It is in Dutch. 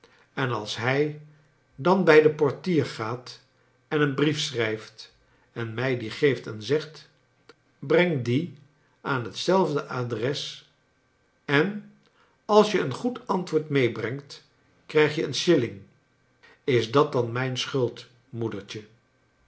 en als hij dan bij den portier gaat en een brief schrijft en mij dien geeft en zegt breng dien aan hetzelfde adres en als je een goed antwoord meebrengt krijg je een shilling is dat dan mijn schuld moedertje